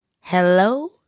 Hello